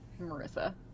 Marissa